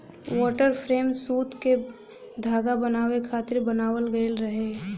water frame सूत क धागा बनावे खातिर बनावल गइल रहे